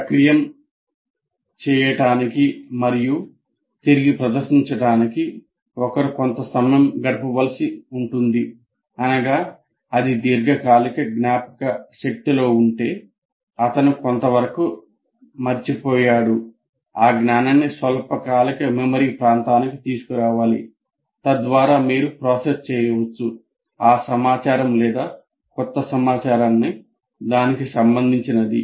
సక్రియం చేయడానికి మరియు తిరిగి ప్రదర్శించడానికి ఒకరు కొంత సమయం గడపవలసి ఉంటుంది అనగా అది దీర్ఘకాలిక జ్ఞాపకశక్తిలో ఉంటే అతను కొంతవరకు మరచిపోయాడు ఆ జ్ఞానాన్ని స్వల్పకాలిక మెమరీ ప్రాంతానికి తీసుకురావాలి తద్వారా మీరు ప్రాసెస్ చేయవచ్చు ఆ సమాచారం లేదా క్రొత్త సమాచారాన్ని దానికి సంబంధించినది